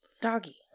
doggy